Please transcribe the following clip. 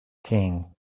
king